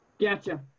Gotcha